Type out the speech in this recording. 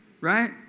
right